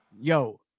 yo